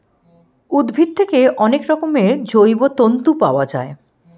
উদ্ভিদ থেকে অনেক রকমের জৈব তন্তু পাওয়া যায়